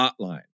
Hotline